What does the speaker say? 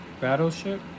battleship